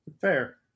fair